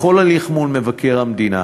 בכל הליך מול מבקר המדינה,